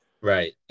Right